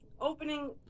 opening